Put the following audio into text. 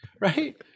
right